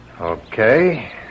Okay